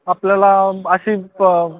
आपल्याला अशी प